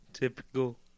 Typical